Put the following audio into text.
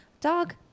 Dog